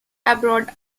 aboard